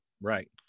right